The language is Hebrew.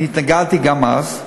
התנגדתי גם אז.